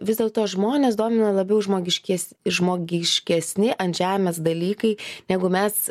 vis dėlto žmones domina labiau žmogiškies ir žmogiškesni ant žemės dalykai negu mes